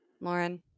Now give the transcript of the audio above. Lauren